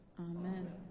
Amen